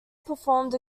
performed